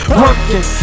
working